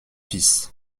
fils